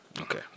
Okay